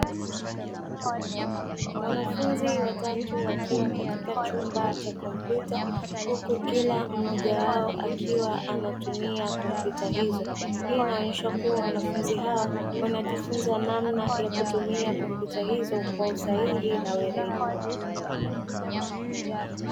Wanafunzi watatu wakiwa ndani ya chumba cha kompyuta huku kila mmoja wao akiwa anatumia kompyuta hizo. Hii inaonyesha kuwa wanafunzi hawa wanajifunza namna ya kutumia kompyuta hizo kwa weledi na usahihi zaidi.